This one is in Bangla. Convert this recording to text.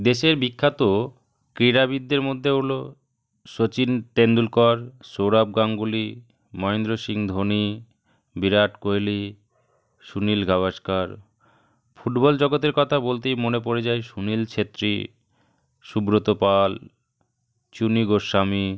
দেশের বিখ্যাত ক্রীড়াবিদদের মধ্যে হল সচিন তেণ্ডুলকর সৌরভ গাঙ্গুলি মহেন্দ্র সিং ধোনি বিরাট কোহলি সুনীল গাভাস্কার ফুটবল জগতের কথা বলতেই মনে পড়ে যায় সুনীল ছেত্রী সুব্রত পাল চুনী গোস্বামী